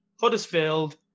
Huddersfield